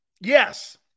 yes